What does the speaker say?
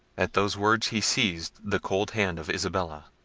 at those words he seized the cold hand of isabella,